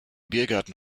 biergarten